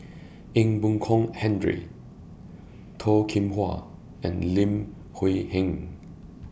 Ee Boon Kong Henry Toh Kim Hwa and Li Hui Heng